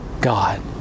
God